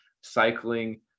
cycling